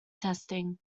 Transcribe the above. testing